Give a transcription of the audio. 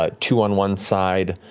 ah two on one side,